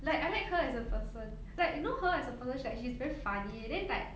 like I like her as a person like you know her as a person she like she's very funny and then like